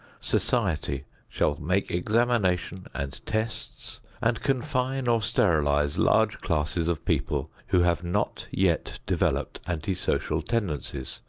society shall make examinations and tests and confine or sterilize large classes of people who have not yet developed anti-social tendencies,